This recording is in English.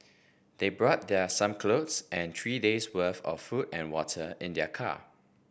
they brought their some clothes and three days' worth of food and water in their car